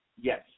Yes